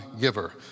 giver